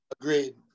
Agreed